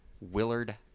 willard